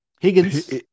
Higgins